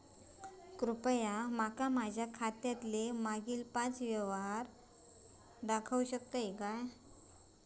कृपया माका माझ्या खात्यातलो मागील पाच यव्हहार दाखवु शकतय काय?